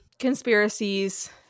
conspiracies